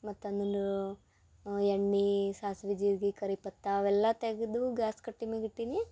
ಮತ್ತು ಎಣ್ಣೆ ಸಾಸ್ವೆ ಜೀರ್ಗೆ ಕರಿಪತ್ತ ಅವೆಲ್ಲ ತೆಗೆದು ಗ್ಯಾಸ್ ಕಟ್ಟೆ ಮ್ಯಾಲ್ ಇಟ್ಟೀನಿ